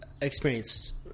experienced